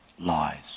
lies